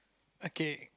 okay